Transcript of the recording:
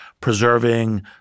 preserving